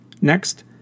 Next